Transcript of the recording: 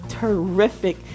terrific